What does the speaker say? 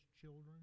children